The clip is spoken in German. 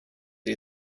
sie